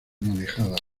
manejada